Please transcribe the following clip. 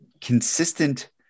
consistent